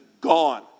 Gone